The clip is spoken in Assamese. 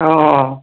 অঁ অঁ অঁ